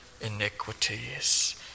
iniquities